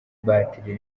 batiri